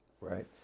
right